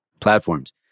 platforms